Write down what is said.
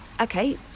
okay